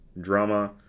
drama